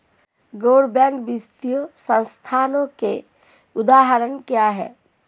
गैर बैंक वित्तीय संस्थानों के उदाहरण क्या हैं?